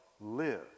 live